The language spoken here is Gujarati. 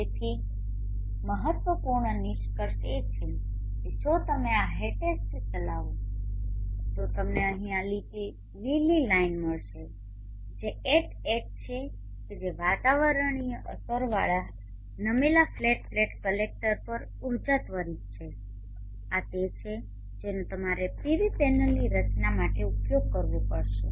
તેથી મહત્વપૂર્ણ નિષ્કર્ષ એ છે કે જો તમે આ Hat est ચલાવો છો તો તમને અહીં આ લીલી લાઇન મળશે જે Hat છે કે જે વાતાવરણીય અસરોવાળા નમેલા ફ્લેટ પ્લેટ કલેક્ટર પર ઊર્જા ત્વરિત છે અને આ તે છે જેનો તમારે PV પેનલની રચના માટે ઉપયોગ કરવો પડશે